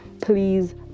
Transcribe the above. Please